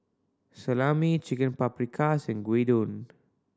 Salami Chicken Paprikas and Gyudon